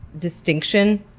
distinction,